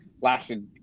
lasted